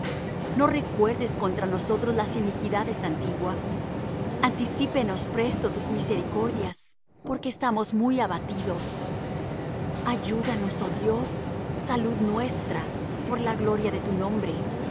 no recuerdes contra nosotros las iniquidades antiguas anticípennos presto tus misericordias porque estamos muy abatidos ayúdanos oh dios salud nuestra por la gloria de tu nombre